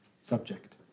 subject